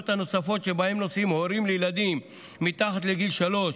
הנוספות שבהן נושאים הורים לילדים מתחת לגיל שלוש,